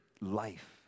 life